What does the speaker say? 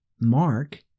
Mark